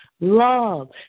love